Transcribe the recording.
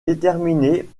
déterminé